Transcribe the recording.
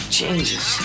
changes